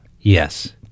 yes